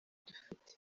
dufite